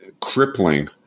crippling